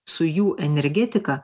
su jų energetika